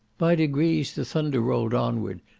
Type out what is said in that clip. by degrees the thunder rolled onward,